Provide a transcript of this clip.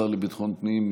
גם השר לביטחון הפנים,